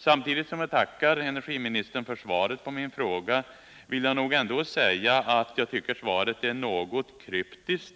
Samtidigt som jag tackar energiministern för svaret på min fråga vill jag nog säga att jag tycker att svaret är något kryptiskt,